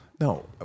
No